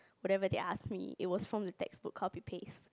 whatever they asked me it was from the textbook copy paste